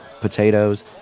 Potatoes